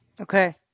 Okay